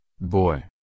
boy